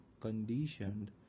conditioned